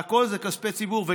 והכול זה כספי ציבור,